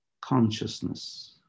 consciousness